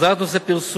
הסדרת נושא פרסום